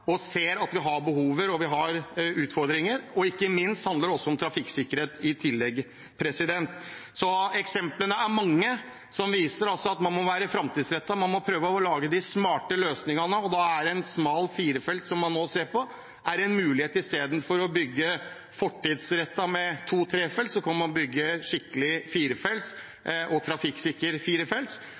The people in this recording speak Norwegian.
og ser at vi har behov og utfordringer. Ikke minst handler det om trafikksikkerhet. Eksemplene er mange som viser at man må være framtidsrettet og prøve å lage de smarte løsningene, og da er det en smal firefelts man må se på som en mulighet. I stedet for å bygge fortidsrettet med to- og trefelts, kan man bygge skikkelige og trafikksikre firefelts